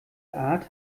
art